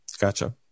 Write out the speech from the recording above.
Gotcha